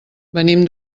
venim